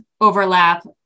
overlap